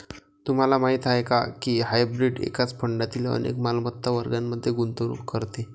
तुम्हाला माहीत आहे का की हायब्रीड एकाच फंडातील अनेक मालमत्ता वर्गांमध्ये गुंतवणूक करते?